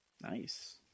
Nice